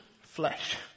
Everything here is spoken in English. flesh